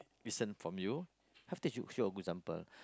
listen from you have to you show a good example